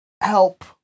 help